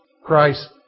Christ